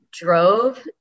drove